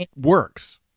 works